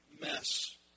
mess